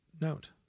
note